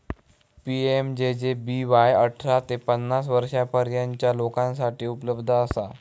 PMJJBY अठरा ते पन्नास वर्षांपर्यंतच्या लोकांसाठी उपलब्ध असा